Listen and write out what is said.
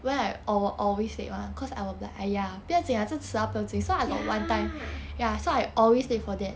ya